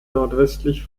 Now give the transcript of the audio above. nordwestlich